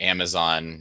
Amazon